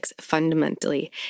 fundamentally